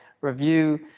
review